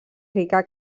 rica